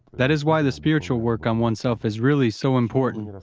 that is why the spiritual work on oneself is really so important.